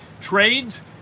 Trades